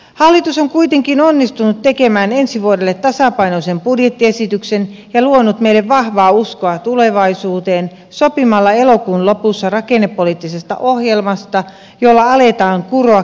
hallitus on kuitenkin onnistunut tekemään ensi vuodelle tasapainoisen budjettiesityksen ja luonut meille vahvaa uskoa tulevaisuuteen sopimalla elokuun lopussa rakennepoliittisesta ohjelmasta jolla aletaan kuroa kestävyysvajetta umpeen